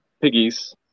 Piggies